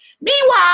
Meanwhile